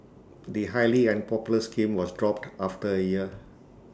the highly unpopular scheme was dropped after A year